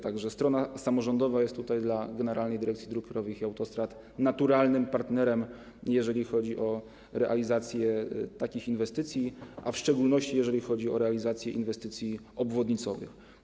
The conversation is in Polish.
Tak że strona samorządowa jest tutaj dla Generalnej Dyrekcji Dróg Krajowych i Autostrad naturalnym partnerem, jeżeli chodzi o realizację takich inwestycji, a w szczególności jeżeli chodzi o realizację inwestycji obwodnicowych.